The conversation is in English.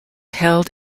held